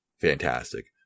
fantastic